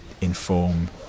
inform